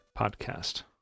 podcast